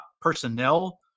personnel